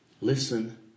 Listen